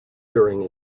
during